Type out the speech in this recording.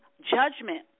judgment